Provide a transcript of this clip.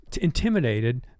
intimidated